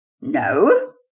No